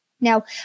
Now